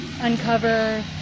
uncover